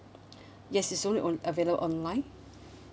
yes it's only on~ available online